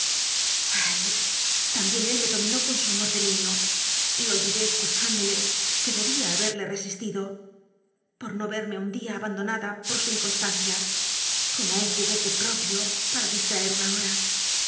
tambicn ól me dominó con su amo rlo niño y olvidó escucihi nd ole r uc debía haberjo resistido por no verme un dia abandonada po i su inconstancia como un juguete propio para dislram una hora